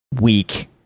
weak